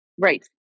Right